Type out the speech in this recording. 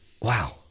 Wow